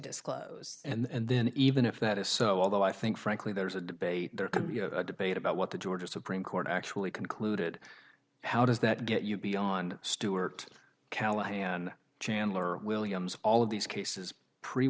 disclose and then even if that is so although i think frankly there's a debate there could be a debate about what the georgia supreme court actually concluded how does that get you beyond stuart callahan chandler williams all of these cases pre